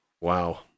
Wow